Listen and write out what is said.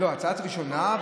הצעה לקריאה ראשונה,